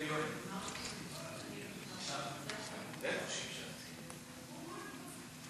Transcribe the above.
זה לא פייר מה שאתם עשיתם למדינת ישראל.